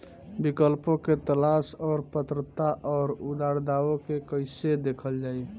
विकल्पों के तलाश और पात्रता और अउरदावों के कइसे देखल जाइ?